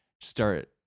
start